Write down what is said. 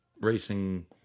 racing